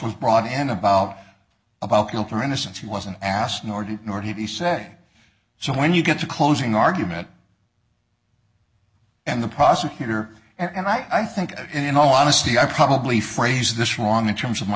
was brought and about about guilt or innocence he wasn't asked nor did nor he say so when you get to closing argument and the prosecutor and i think in all honesty i probably phrase this wrong in terms of my